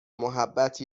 محبت